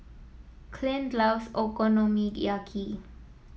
Clint loves Okonomiyaki